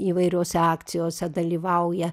įvairiose akcijose dalyvauja